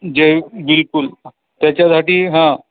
जै बिलकुल त्याच्यासाठी हां